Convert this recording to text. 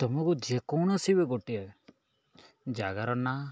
ତମକୁ ଯେକୌଣସି ବି ଗୋଟିଏ ଜାଗାର ନା